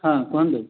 ହଁ କୁହନ୍ତୁ